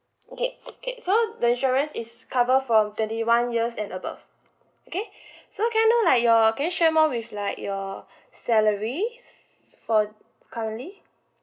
okay okay so the insurance is cover for twenty one years and above okay so can I know like your can you share more with like your salary is for currently